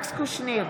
אלכס קושניר,